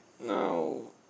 No